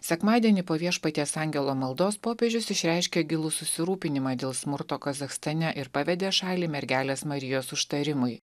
sekmadienį po viešpaties angelo maldos popiežius išreiškė gilų susirūpinimą dėl smurto kazachstane ir pavedė šalį mergelės marijos užtarimui